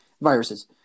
viruses